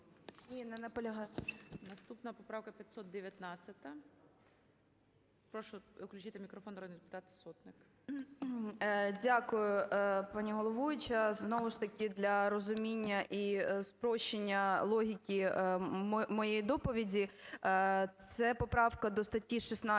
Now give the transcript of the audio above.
Наступна поправка – 519-а. Прошу включити мікрофон. Народний депутат Сотник. 12:48:48 СОТНИК О.С. Дякую, пані головуюча. Знову ж таки для розуміння і спрощення логіки моєї доповіді, це поправка до статті 16